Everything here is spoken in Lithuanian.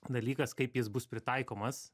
dalykas kaip jis bus pritaikomas